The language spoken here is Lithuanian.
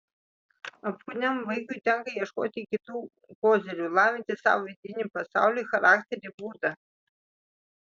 apkūniam vaikui tenka ieškoti kitų kozirių lavinti savo vidinį pasaulį charakterį būdą